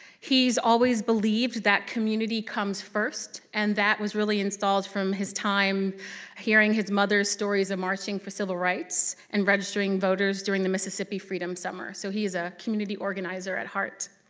he's always believed that community comes first and that was really installed from his time hearing his mother's stories of marching for civil rights, and registering voters during the mississippi freedom summer so he is a community organizer at heart.